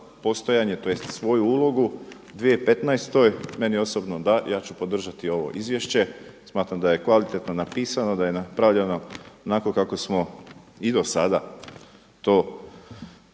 postojanje, tj. svoju ulogu, 2015. meni osobno da, ja ću podržati ovo izvješće, smatram da je kvalitetno napisano, da je napravljeno onako kako smo i do sada to